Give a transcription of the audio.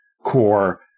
core